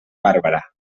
bàrbara